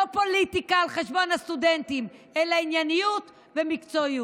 לא פוליטיקה על חשבון הסטודנטים אלא ענייניות ומקצועיות.